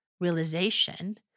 realization